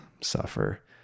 suffer